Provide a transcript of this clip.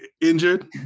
injured